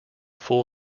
full